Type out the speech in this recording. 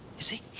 you see?